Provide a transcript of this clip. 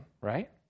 right